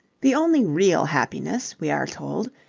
the only real happiness, we are told,